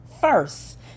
first